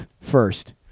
first